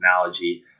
analogy